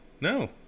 No